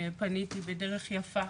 פניתי בדרך יפה,